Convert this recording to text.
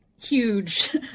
huge